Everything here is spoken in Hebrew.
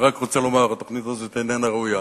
אני רק רוצה לומר: התוכנית הזאת איננה ראויה,